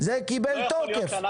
זה קיבל תוקף?